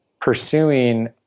pursuing